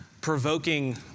provoking